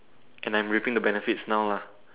and I'm reaping the benefits now lah